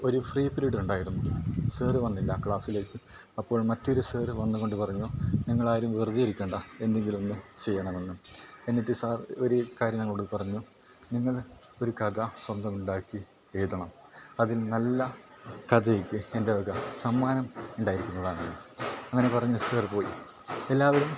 ഒരു free period ഉണ്ടായിരുന്നു sir വന്നില്ല ക്ലാസ്സിലേക്ക് അപ്പോൾ മറ്റൊരു സാർ വന്നു കൊണ്ട് പറഞ്ഞു നിങ്ങളാരും വെറുതെ ഇരിക്കണ്ട എന്തെങ്കിലുമൊന്ന് ചെയ്യണമെന്ന് എന്നിട്ട് സാർ ഒരു കാര്യം ഞങ്ങളോട് പറഞ്ഞു നിങ്ങൾ ഒരു കഥ സ്വന്തമുണ്ടാക്കി എഴുതണം അതിൽ നല്ല കഥയ്ക്ക് എൻ്റെ വക സമ്മാനം ഉണ്ടായിരിക്കുന്നതാണെന്ന് അങ്ങനെ പറഞ്ഞ് സർ പോയി എല്ലാവരും